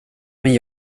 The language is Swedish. men